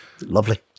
Lovely